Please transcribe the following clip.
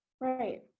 Right